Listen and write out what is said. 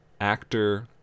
actor